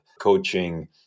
coaching